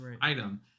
item